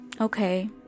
okay